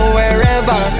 wherever